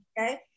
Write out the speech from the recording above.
Okay